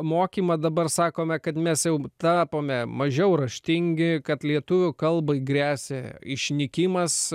mokymą dabar sakome kad mes jau tapome mažiau raštingi kad lietuvių kalbai gresia išnykimas